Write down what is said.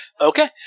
Okay